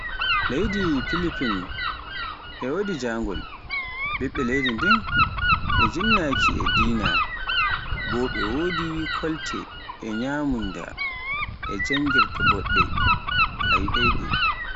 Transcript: Leydi Philiphine e wodi njangol, ɓiɓɓe leydi ndin ɓe jinnaki e dina, bo ɓe wodi kolte e nyamunda e janngirde boɗɗe a yiɗai ɗe.